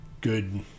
good